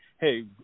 hey